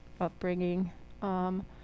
upbringing